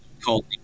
called